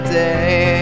day